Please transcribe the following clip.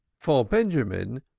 for benjamin,